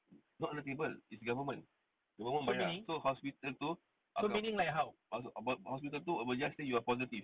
not under table is government government bayar so hospital tu hospital tu will just say you're positive